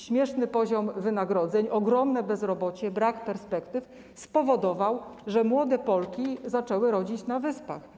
Śmieszny poziom wynagrodzeń, ogromne bezrobocie, brak perspektyw spowodowały, że młode Polki zaczęły rodzić na Wyspach.